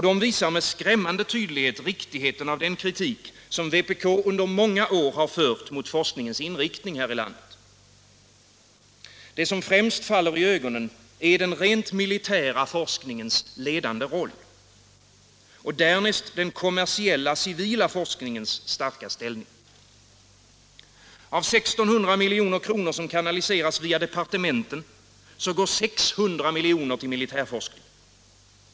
De visar med skrämmande tydlighet riktigheten av den kritik som vpk under många år har framfört mot forskningens inriktning här i landet. Det som främst faller i ögonen är den rent militära forskningens ledande roll; därnäst den kommersiella civila forskningens starka ställning. Av 1600 milj.kr. som kanaliseras via departementen går 600 miljoner till militärforskning.